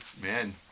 Man